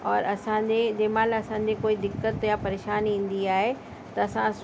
और असांजे जेमहिल असांजे कोई दिक़त या परेशानी ईंदी आहे त असां